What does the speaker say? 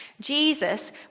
Jesus